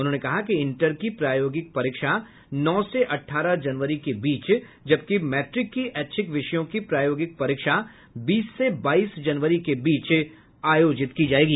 उन्होंने कहा कि इंटर की प्रायोगिक परीक्षा नौ से अठारह जनवरी के बीच जबकि मैट्रिक की ऐच्छिक विषयों की प्रायोगिक परीक्षा बीस से बाईस जनवरी के बीच ली जायेगी